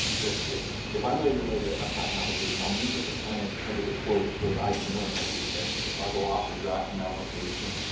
that if if i'm going to write out ah a patent application, i'll meet with a client, have a disclosure, so that i can learn what the invention is. i'll go off and draft an application,